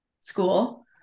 school